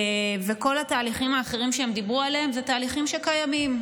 כל התהליכים האחרים שדיברו עליהם ותהליכים שקיימים,